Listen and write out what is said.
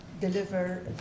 deliver